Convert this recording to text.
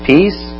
Peace